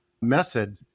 method